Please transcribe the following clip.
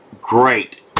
great